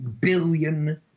billion